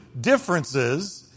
differences